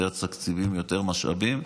יותר תקציבים ויותר משאבים,